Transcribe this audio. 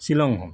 শ্বিলংখন